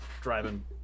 driving